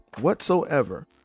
whatsoever